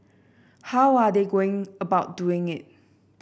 how are they going about doing it